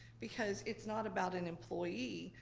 because it's not about an employee,